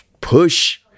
push